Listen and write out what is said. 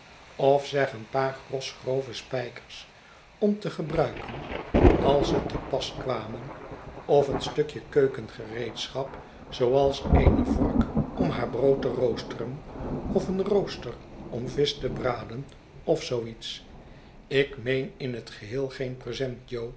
of zeg een paar gros grove spijkers om te gebruiken als ze te pas kwamen of een stukje keukengereedschap zooals eene vork om haar brood te roosteren of een rooster om visch te braden of zoo iets ik meen in het geheel geen present jo